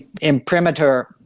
imprimatur